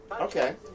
Okay